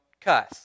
cuss